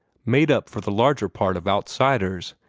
made up for the larger part of outsiders,